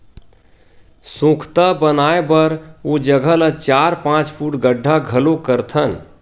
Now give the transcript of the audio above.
सोख्ता बनाए बर ओ जघा ल चार, पाँच फूट गड्ढ़ा घलोक करथन